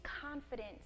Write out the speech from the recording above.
confidence